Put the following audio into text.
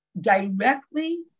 directly